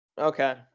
Okay